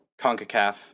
CONCACAF